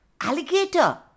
Alligator